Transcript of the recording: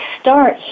start